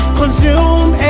consume